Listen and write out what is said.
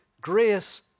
grace